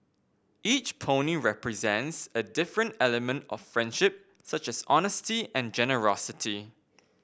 each pony represents a different element of friendship such as honesty and generosity